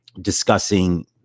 discussing